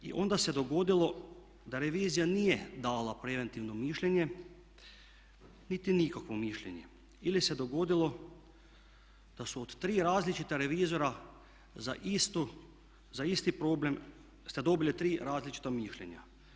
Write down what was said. I onda se dogodilo da revizija nije dala preventivno mišljenje niti nikakvo mišljenje ili se dogodilo da su od tri različita revizora za isti problem ste dobili tri različita mišljenja.